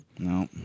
No